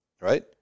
right